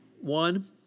One